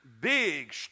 big